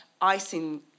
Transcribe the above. icing